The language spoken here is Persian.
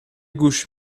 گوش